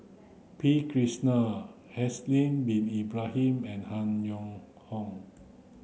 P Krishnan Haslir Bin Ibrahim and Han Yong Hong